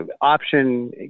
option